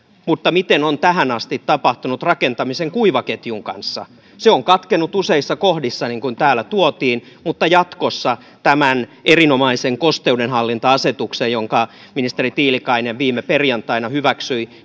mutta miten on tähän asti tapahtunut rakentamisen kuivaketjun kanssa se on katkennut useissa kohdissa niin kuin täällä tuotiin esille mutta jatkossa tämän erinomaisen kosteudenhallinta asetuksen jonka ministeri tiilikainen viime perjantaina hyväksyi